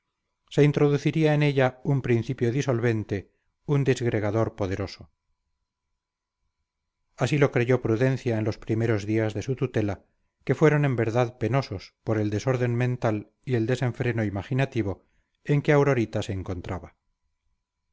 se introducía en ella un principio disolvente un disgregador poderoso así lo creyó prudencia en los primeros días de su tutela que fueron en verdad penosos por el desorden mental y el desenfreno imaginativo en que aurorita se encontraba